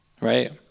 right